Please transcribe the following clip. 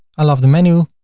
i love the menu,